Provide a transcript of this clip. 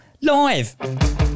live